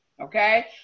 okay